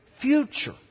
future